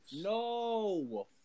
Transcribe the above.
No